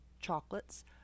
chocolates